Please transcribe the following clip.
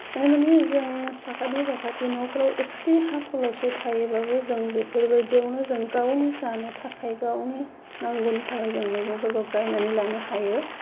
थारमाने जों साखाथि फाखाथि न'फोराव इसे हा खलबसे थायोब्लबो जों बेफोरबायदियावनो जों गावनि जानो थाखाय गावनि नांगौनि थाखाय जों मैगंफोरखौ गायनानै लानो हायो